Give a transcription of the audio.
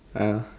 ah